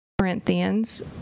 Corinthians